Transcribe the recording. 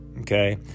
okay